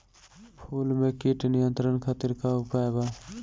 फूल में कीट नियंत्रण खातिर का उपाय बा?